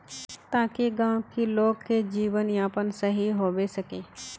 ताकि गाँव की लोग के जीवन यापन सही होबे सके?